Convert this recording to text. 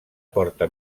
porta